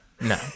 no